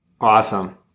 Awesome